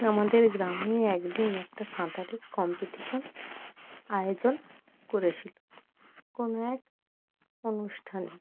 আমাদের গ্রামে এক দিন একটা সাঁতারের কম্পিটিশান আয়োজন করেছিলো কোনো এক অনুষ্ঠানে